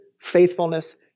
faithfulness